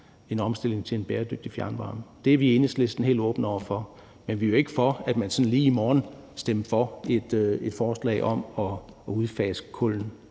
en omstilling til en bæredygtig fjernvarme? Det er vi i Enhedslisten helt åbne over for. Men vi er ikke for, at man sådan lige i morgen stemmer for et forslag om at udfase kullet,